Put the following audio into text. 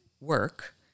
work